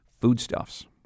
Foodstuffs